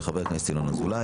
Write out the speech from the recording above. של חבר הכנסת ינון אזולאי,